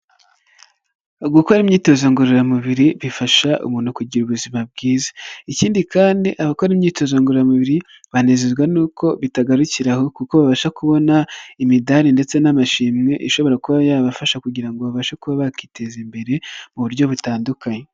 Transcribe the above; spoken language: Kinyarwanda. Gukora imyitozo ngororamubiri bifasha umuntu kugira ubuzima bwiza, ikindi kandi abakora imyitozo ngororamubiri banezezwa n'uko bitagarukira aho kuko babasha kubona imidari ndetse n'amashimwe ishobora kuba yabafasha kugira ngo babashe kuba bakiteza imbere muburyo butandukanye.